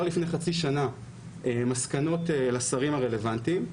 לפני חצי שנה מסקנות לשרים הרלוונטיים.